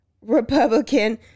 Republican